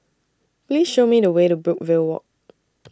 Please Show Me The Way to Brookvale Walk